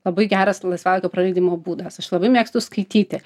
labai geras laisvalaikio praleidimo būdas aš labai mėgstu skaityti